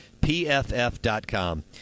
PFF.com